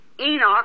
Enoch